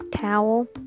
towel